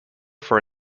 for